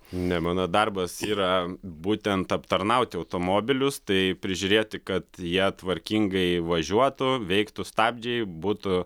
ne mano darbas yra būtent aptarnauti automobilius tai prižiūrėti kad jie tvarkingai važiuotų veiktų stabdžiai būtų